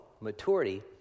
maturity